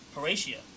Horatio